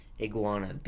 Iguana